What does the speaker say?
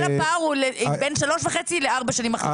כל הפער הוא בין 3.5 ל-4 שנים.